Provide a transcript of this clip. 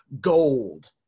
gold